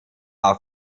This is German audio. auf